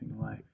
life